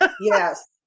Yes